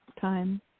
time